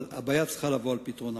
אבל הבעיה צריכה לבוא על פתרונה.